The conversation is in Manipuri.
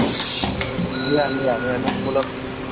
ꯌꯥꯅꯤ ꯌꯥꯅꯤ ꯑꯗꯨꯝ ꯄꯨꯂꯞ